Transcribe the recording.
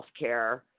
Healthcare